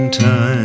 time